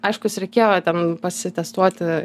aiškus reikėjo va ten pasitestuoti